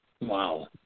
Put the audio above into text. Wow